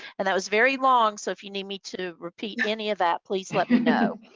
and that was very long, so if you need me to repeat any of that, please let me know.